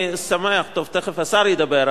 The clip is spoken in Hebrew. תיכף השר ידבר,